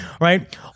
right